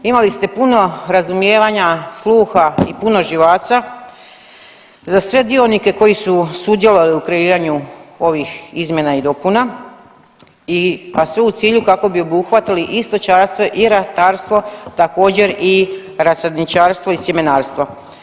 Imali ste puno razumijevanja, sluha i puno živaca za sve dionike koji su sudjelovali u kreiranju ovih izmjena i dopuna i, a sve u cilju kako bi obuhvatili i stočarstvo i ratarstvo također rasadničarstvo i sjemenarstvo.